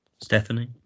Stephanie